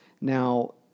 Now